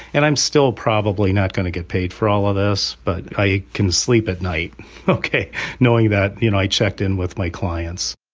and i'm still probably not going to get paid for all of this. but i can sleep at night knowing that you know i checked in with my clients.